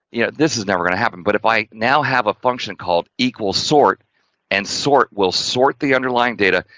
yeah, this is never going to happen but if i, now have a function called equal sort and sort will sort the underlying data,